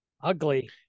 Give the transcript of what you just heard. Ugly